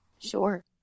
sure